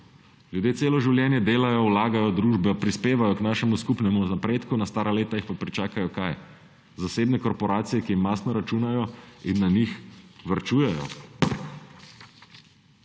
Ljudje celo življenje delajo, vlagajo v družbo, prispevajo k našemu skupnemu napredku, na stara leta jih pa pričakajo – kaj? Zasebne korporacije, ki mastno računajo in na njih varčujejo.